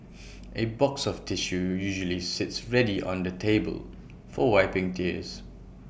A box of tissue usually sits ready on the table for wiping tears